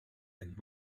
and